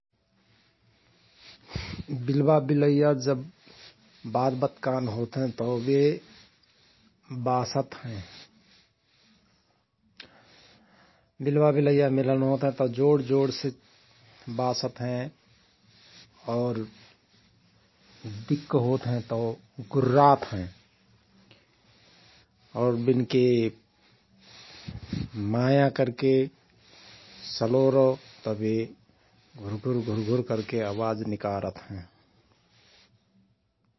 विलवा विलैया जव बात बत्कान होतहयंत बे बासत हयं । विलवा विलैया मिलन होत हयंत जोण जोणसे बासत हयं । और दिक्क होत हयं तओ गुर्रात हयं । और विनके माया करके सलोरओ त घुरघुरघुर करके अवाज निकारत हयं ।